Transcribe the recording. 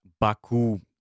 Baku